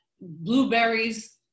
blueberries